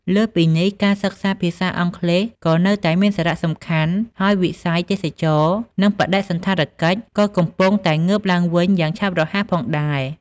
លើសពីនេះ ការសិក្សា ភាសាអង់គ្លេស ក៏នៅតែមានសារៈសំខាន់ ហើយវិស័យ ទេសចរណ៍ និងបដិសណ្ឋារកិច្ច ក៏កំពុងតែងើបឡើងវិញយ៉ាងឆាប់រហ័សផងដែរ។